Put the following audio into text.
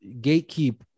gatekeep